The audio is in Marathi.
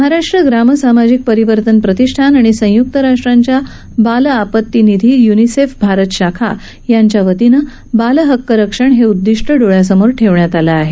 महाराष्ट्र ग्राम सामाजिक परिवर्तन प्रतिष्ठान आणि संयुक्त राष्ट्रांच्या बाल आपत्ती निधी युनिसेफ भारत शाखा यांच्या वतीनं बालहक्क रक्षण हे उदिष्ट डोळ्यासमोर ठेवण्यात आलं आहे